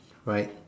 right